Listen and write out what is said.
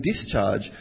discharge